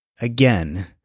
Again